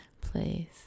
Please